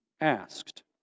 asked